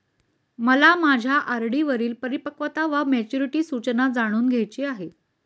मला माझ्या आर.डी वरील परिपक्वता वा मॅच्युरिटी सूचना जाणून घ्यायची आहे